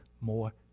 more